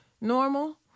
normal